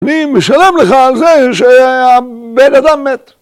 אני משלם לך על זה שהבן אדם מת